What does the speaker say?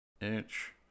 inch